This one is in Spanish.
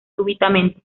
súbitamente